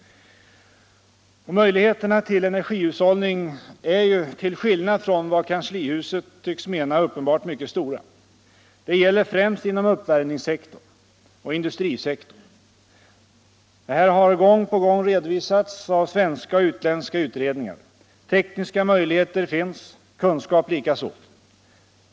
Och möjligheterna till energihushållning är ju till skillnad från vad kanslihuset tycks mena uppenbart mycket stora. Det gäller främst inom uppvärmningssektorn och industrisektorn. Detta har gång på gång redovisats av svenska och utländska utredningar. Tekniska möjligheter finns, kunskap likaså.